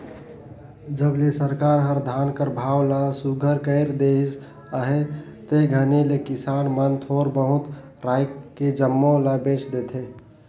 जब ले सरकार हर धान कर भाव ल सुग्घर कइर देहिस अहे ते घनी ले किसान मन थोर बहुत राएख के जम्मो ल बेच देथे